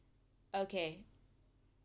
okay